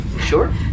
Sure